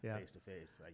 face-to-face